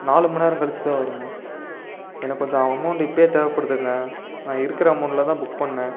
நாலு மணி நேரம் கழித்து தான் வருமா எனக்கு கொஞ்சம் அமௌண்ட் இப்பேயே தேவைப்படுத்துங்க நான் இருக்கிற அமௌண்ட்டில் தான் புக் பண்ணிணேன்